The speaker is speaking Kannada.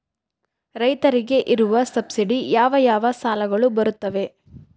ರೈತರಿಗೆ ಇರುವ ಸಬ್ಸಿಡಿ ಯಾವ ಯಾವ ಸಾಲಗಳು ಬರುತ್ತವೆ?